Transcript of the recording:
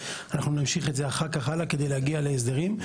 שנמשיך את הדיון הלאה כדי להגיע להסדרים.